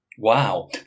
Wow